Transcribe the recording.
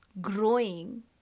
growing